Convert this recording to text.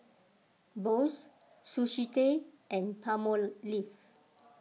Boost Sushi Tei and Palmolive